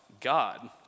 God